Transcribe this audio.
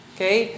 Okay